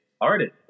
artist